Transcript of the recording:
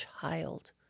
child